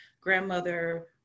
grandmother